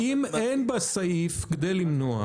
אבל האם אין בסעיף כדי למנוע?